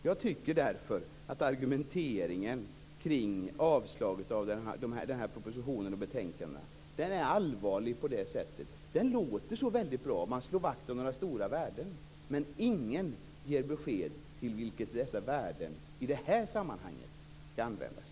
Jag tycker därför att argumenteringen kring avslag på förslagen i propositionen och i de här betänkandena är allvarlig. Den låter så väldigt bra - man slår vakt om några stora värden - men ingen ger besked om till vad dessa värden i det här sammanhanget skall användas.